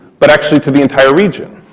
but actually to the entire region,